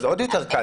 אז זה עוד יותר קל.